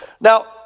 Now